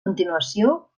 continuació